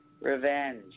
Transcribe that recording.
revenge